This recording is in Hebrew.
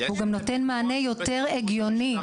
הוא גם נותן מענה יותר הגיוני.